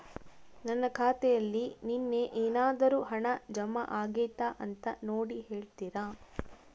ನನ್ನ ಖಾತೆಯಲ್ಲಿ ನಿನ್ನೆ ಏನಾದರೂ ಹಣ ಜಮಾ ಆಗೈತಾ ಅಂತ ನೋಡಿ ಹೇಳ್ತೇರಾ?